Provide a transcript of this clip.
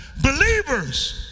believers